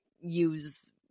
use